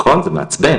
נכון, זה מעצבן.